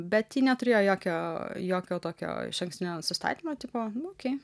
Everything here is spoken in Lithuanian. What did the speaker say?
bet ji neturėjo jokio jokio tokio išankstinio nusistatymo tipo nu okei